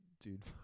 dude